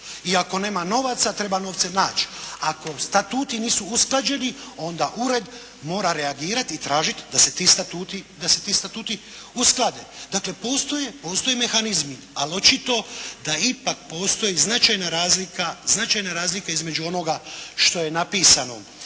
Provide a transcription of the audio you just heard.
I ako nema novaca treba novce naći. Ako statuti nisu usklađeni onda ured mora reagirati i tražiti da se ti statuti, da se ti statuti usklade. Dakle postoje, postoje mehanizmi ali očito da ipak postoji značajna razlika, značajna razlika između onoga što je napisano